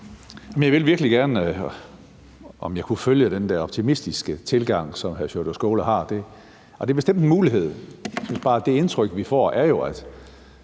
Jeg ville virkelig gerne have, at jeg kunne følge den optimistiske tilgang, som hr. Sjúrður Skaale har. Og det er bestemt en mulighed. Jeg synes bare, at